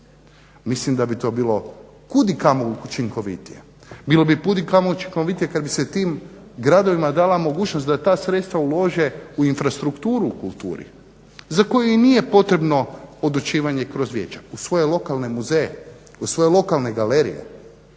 Mislim da bi to bilo kudikamo učinkovitije, bilo bi kudikamo učinkovitije kada bi se tim gradovima dala mogućnost da ta sredstva ulože u infrastrukturu u kulturi za koju nije potrebno odlučivanje kroz vijeća u svoje lokalne muzeje, u svoje lokalne galerije,